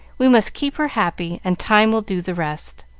we must keep her happy, and time will do the rest,